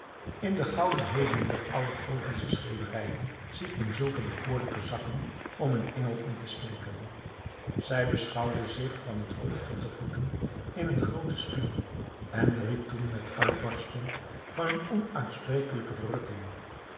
in de gouden hemelen der oude gothische schilderijen ziet men zulke bekoorlijke zakken om een engel in te steken zij beschouwde zich van het hoofd tot de voeten in een grooten spiegel en riep toen met een uitbarsting van een onuitsprekelijke verrukking